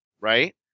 right